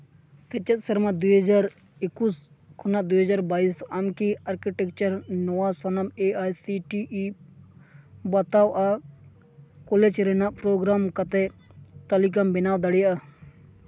ᱥᱮᱪᱮᱫ ᱥᱮᱨᱢᱟ ᱫᱩ ᱦᱟᱡᱟᱨ ᱮᱠᱩᱥ ᱠᱷᱚᱱᱟᱜ ᱫᱩ ᱦᱟᱡᱟᱨ ᱵᱟᱭᱤᱥ ᱟᱢᱠᱤ ᱟᱨᱠᱤᱴᱮᱠᱪᱟᱨ ᱱᱚᱣᱟ ᱥᱟᱱᱟᱢ A I C T E ᱵᱟᱛᱟᱣᱟᱜ ᱠᱚᱞᱮᱡᱽ ᱨᱮᱱᱟᱜ ᱯᱨᱚᱜᱨᱟᱢ ᱠᱟᱛᱮᱫ ᱛᱟᱹᱞᱤᱠᱟᱢ ᱵᱮᱱᱟᱣ ᱫᱟᱲᱮᱭᱟᱜᱼᱟ